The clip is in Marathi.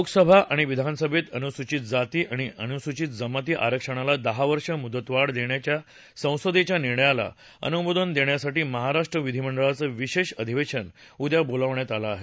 लोकसभा आणि विधानसभेत अनुसूचित जाती आणि अनुसूचित जमाती आरक्षणाला दहा वर्ष मुदतवाढ देण्याच्या संसदेच्या निर्णयाला अनुमोदन देण्यासाठी महाराष्ट्र विधीमंडळाचं विशेष अधिवेशन उद्या बोलावण्यात आलं आहे